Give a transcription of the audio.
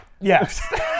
Yes